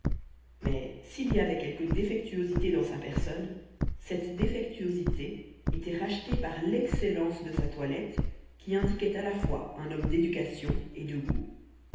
mais s'il y avait quelque défectuosité dans sa personne cette défectuosité était rachetée par l'excellence de sa toilette qui indiquait à la fois un homme d'éducation et de goût